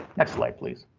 next light please.